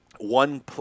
one